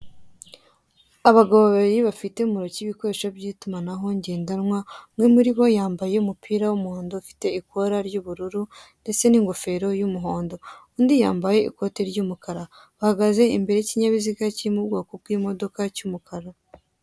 Abagabo babiri bafite mu ntoki ibikoresho by'itumanaho ngendanwa, umwe muri bo yambaye umupira w'umuhondo ufite ikora ry'ubururu, ndetse n'ingofero y'umuhondo; undi yambaye ikote ry'umukara. Bahagaze imbere y'ikinyabiziga kiri mu bwoko bw'imodoka cy'umukara.